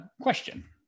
question